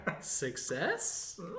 success